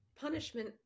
punishment